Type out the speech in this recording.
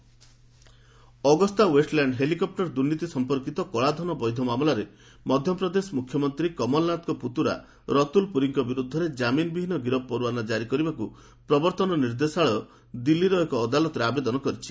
ED ଡିଏଲ୍ court chopper Agusta Westland helicopter ଦୁର୍ନୀତି ସଂପର୍କିତ କଳାଧନ ବୈଧ ମାମଲାରେ ମଧ୍ୟପ୍ରଦେଶ ମୁଖ୍ୟମନ୍ତ୍ରୀ କମଳନାଥଙ୍କ ପୁତୁରା ରତୁଲ ପୁରୀଙ୍କ ବିରୋଧରେ ଜାମିନ୍ ବିହୀନ ଗିରଫ ପରୱାନା ଜାରି କରିବାକୁ ପ୍ରବର୍ତ୍ତନ ନିର୍ଦ୍ଦେଶାଳୟ ଦିଲ୍ଲୀର ଏକ ଅଦାଲତରେ ଆବେଦନ କରିଛି